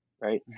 right